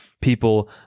people